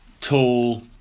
tall